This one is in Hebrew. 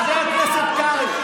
חבר הכנסת קרעי.